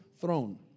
throne